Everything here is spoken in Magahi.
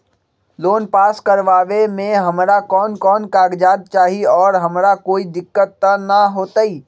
लोन पास करवावे में हमरा कौन कौन कागजात चाही और हमरा कोई दिक्कत त ना होतई?